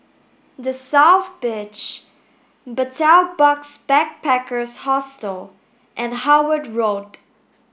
the South Beach Betel Box Backpackers Hostel and Howard Road